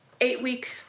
eight-week